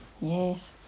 Yes